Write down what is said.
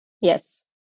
Yes